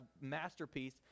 masterpiece